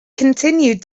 continued